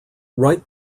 right